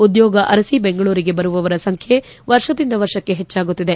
ಉದ್ಯೋಗ ಅರಸಿ ಬೆಂಗಳೂರಿಗೆ ಬರುವವರ ಸಂಖ್ಯೆ ವರ್ಷದಿಂದ ವರ್ಷಕ್ಕೆ ಹೆಚ್ಚಾಗುತ್ತಿದೆ